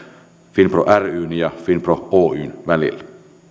finpro ryn ja finpro oyn välillä